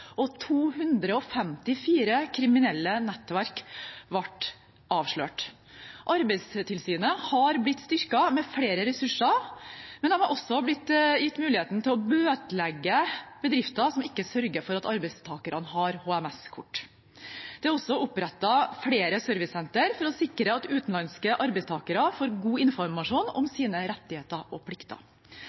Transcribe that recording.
og 254 kriminelle nettverk ble avslørt. Arbeidstilsynet har blitt styrket med flere ressurser, men de har også blitt gitt muligheten til å bøtelegge bedrifter som ikke sørger for at arbeidstakerne har HMS-kort. Det er også opprettet flere servicesentre for å sikre at utenlandske arbeidstakere får god informasjon om sine rettigheter og plikter.